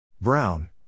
Brown